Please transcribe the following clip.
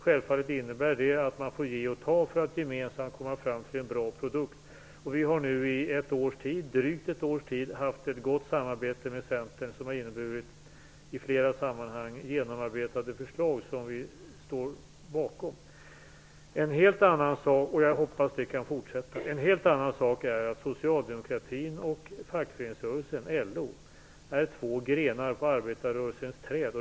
Självfallet innebär det att man får ge och ta för att gemensamt komma fram till en bra produkt. Vi har nu i drygt ett års tid haft ett gott samarbete med Centern, som i flera sammanhang har inneburit genomarbetade förslag som vi står bakom. Jag hoppas att det kan fortsätta. En helt annan sak är att socialdemokratin och fackföreningsrörelsen, LO, är två grenar på arbetarrörelsens träd.